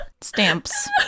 stamps